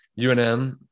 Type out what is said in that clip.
UNM